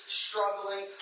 struggling